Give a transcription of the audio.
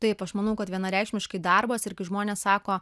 taip aš manau kad vienareikšmiškai darbas ir kai žmonės sako